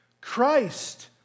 Christ